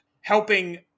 helping